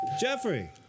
Jeffrey